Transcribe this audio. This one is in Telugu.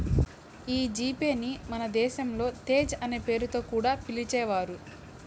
ఈ జీ పే ని మన దేశంలో తేజ్ అనే పేరుతో కూడా పిలిచేవారు